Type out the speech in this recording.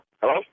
Hello